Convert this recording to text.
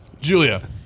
Julia